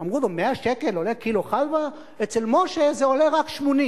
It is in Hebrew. אבל בממשלה הזאת אולי במשנה תוקף,